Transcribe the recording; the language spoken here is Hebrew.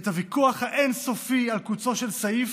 את הוויכוח האין-סופי על קוצו של סעיף,